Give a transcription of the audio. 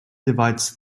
divides